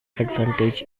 advantage